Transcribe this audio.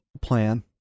plan